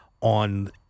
on